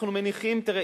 תראו,